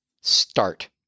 start